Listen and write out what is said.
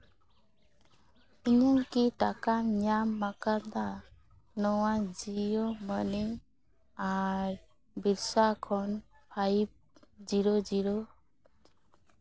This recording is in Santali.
ᱤᱧᱟᱹᱜ ᱠᱤ ᱴᱟᱠᱟᱢ ᱧᱟᱢ ᱟᱠᱟᱫᱟ ᱱᱚᱣᱟ ᱡᱤᱭᱳ ᱢᱟᱱᱤ ᱟᱨ ᱵᱤᱨᱥᱟ ᱠᱷᱚᱱ ᱯᱷᱟᱭᱤᱵᱷ ᱡᱤᱨᱳ ᱡᱤᱨᱳ ᱡᱤᱨᱳ